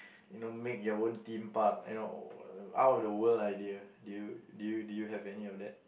you know make your own Theme Park you know out of the world idea do you do you do you have any of that